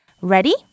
Ready